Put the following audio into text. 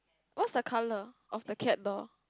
what's the colour of the cat door